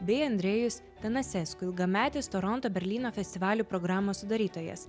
bei andrejus tanasesku ilgametis toronto berlyno festivalio programos sudarytojas